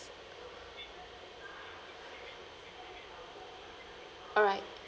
alright